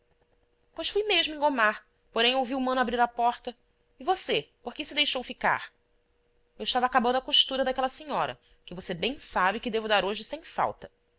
pois fui mesmo engomar porém ouvi o mano abrir a porta e você por que se deixou ficar eu estava acabando a costura daquela senhora que você bem sabe que devo dar hoje sem falta